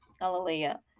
hallelujah